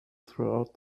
throughout